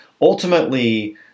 ultimately